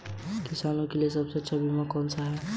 किसानों के लिए सबसे अच्छा बीमा कौन सा है?